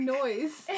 noise